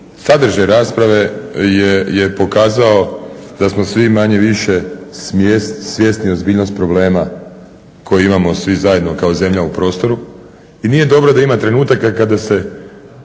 sadržaj rasprave je pokazao da smo svi manje-više svjesni ozbiljnosti problema koji imamo svi zajedno kao zemlja u prostoru. I nije dobro da ima trenutaka kada se